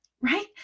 right